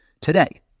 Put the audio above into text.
Today